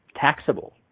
taxable